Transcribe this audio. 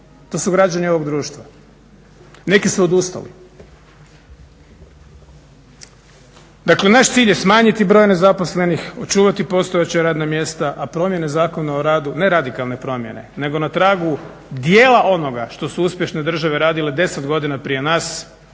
To su građani ovog društva. Neki su odustali. Dakle, naš cilj je smanjiti broj nezaposlenih, očuvati postojeća radna mjesta, a promjene Zakona o radu ne radikalne promjene, nego na tragu dijela onoga što su uspješne države radile 10 godina prije nas